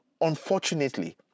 Unfortunately